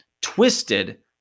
twisted